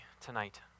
tonight